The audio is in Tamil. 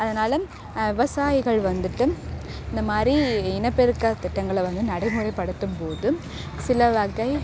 அதனால் விவசாயிகள் வந்துட்டு இந்தமாதிரி இனப்பெருக்கத் திட்டங்களை வந்து நடைமுறைப்படுத்தும் போதும் சில வகை